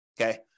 Okay